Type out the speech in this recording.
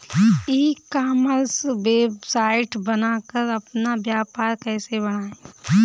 ई commerce website बनाकर अपना व्यापार कैसे बढ़ाएँ?